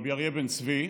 רבי אריה בן צבי,